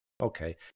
okay